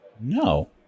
No